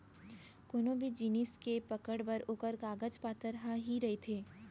कोनो भी जिनिस के पकड़ बर ओखर कागज पातर ह ही रहिथे